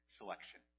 selection